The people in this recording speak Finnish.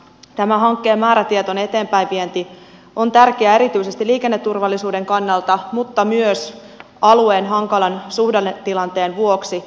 tämän hankkeen määrätietoinen eteenpäinvienti on tärkeää erityisesti liikenneturvallisuuden kannalta mutta myös alueen hankalan suhdannetilanteen vuoksi